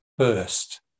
First